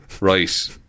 right